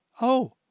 Oh